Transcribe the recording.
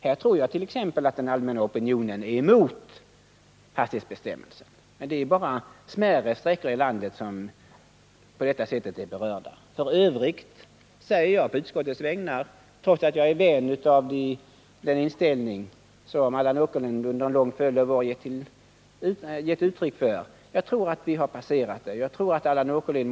Här tror jag till exempel att den allmänna opinionen är emot hastighetsbestämmelsen, men det är ju bara smärre sträckor i landet som är berörda just på det sättet. F. ö. vill jag säga å utskottets vägnar — trots att jag är vän av den inställning som Allan Åkerlind under en lång följd av år har gett uttryck för — att jag tror att vi har passerat möjligheten till lättnader på denna punkt.